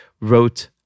wrote